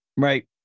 Right